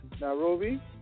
Nairobi